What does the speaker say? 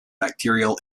bacterial